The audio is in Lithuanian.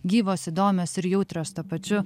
gyvos įdomios ir jautrios tuo pačiu